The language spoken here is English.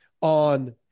on